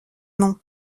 nom